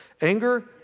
anger